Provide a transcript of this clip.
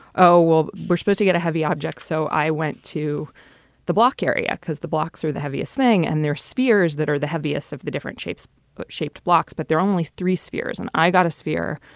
oh, well, we're supposed to get a heavy object. so i went to the block area because the blocks are the heaviest thing and they're spears that are the heaviest of the different shapes shaped blocks. but there are only three spheres. and i got a sphere.